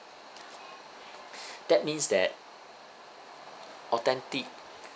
that means that authentic